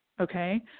okay